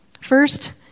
first